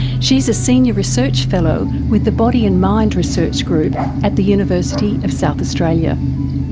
she is a senior research fellow with the body in mind research group at the university of south australia.